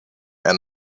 and